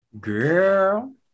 girl